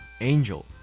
angel